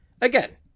Again